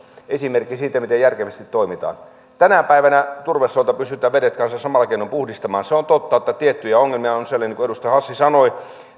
esimerkki siitä miten järkevästi toimintaan tänä päivänä turvesoilta pystytään vedet kanssa samalla keinoin puhdistamaan se on totta että tiettyjä ongelmia on on siellä niin kuin edustaja hassi sanoi